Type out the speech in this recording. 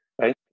right